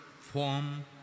form